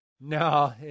no